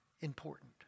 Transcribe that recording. important